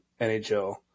NHL